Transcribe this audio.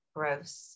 Gross